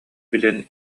билэн